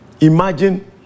Imagine